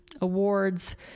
awards